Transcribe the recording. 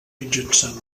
mitjançant